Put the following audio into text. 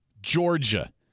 Georgia